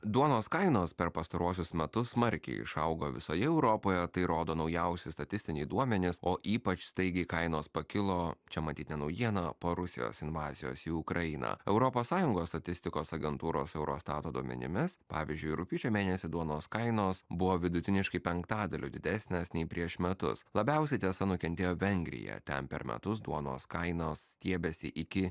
duonos kainos per pastaruosius metus smarkiai išaugo visoje europoje tai rodo naujausi statistiniai duomenys o ypač staigiai kainos pakilo čia matyt ne naujiena po rusijos invazijos į ukrainą europos sąjungos statistikos agentūros eurostato duomenimis pavyzdžiui rugpjūčio mėnesį duonos kainos buvo vidutiniškai penktadaliu didesnės nei prieš metus labiausiai tiesa nukentėjo vengrija ten per metus duonos kainos stiebiasi iki